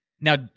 Now